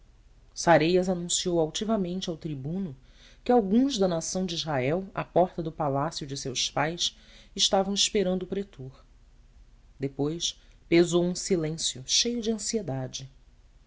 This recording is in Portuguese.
sareias anunciou altivamente ao tribuno que alguns da nação de israel à porta do palácio de seus pais estavam esperando o pretor depois pesou um silêncio cheio de ansiedade